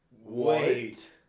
Wait